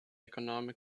economic